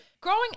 growing